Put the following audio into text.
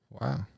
Wow